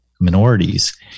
minorities